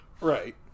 Right